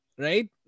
Right